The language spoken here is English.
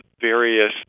various